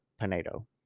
Pinedo